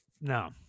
no